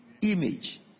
image